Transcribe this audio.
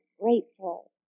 grateful